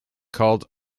called